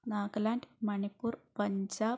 Nagaland Manipur Punjab